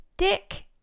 Stick